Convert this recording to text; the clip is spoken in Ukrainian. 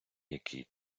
який